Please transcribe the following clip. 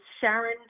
Sharon